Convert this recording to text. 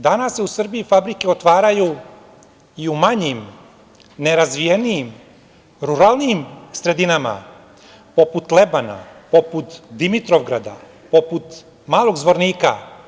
Danas se u Srbiji fabrike otvaraju i u manjim, nerazvijenijim, ruralnijim sredinama, poput Lebana, poput Dimitrovgrada, poput Malog Zvornika.